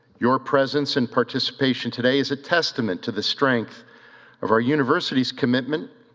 your presence and participation today is a testament to the strength of our university's commitment,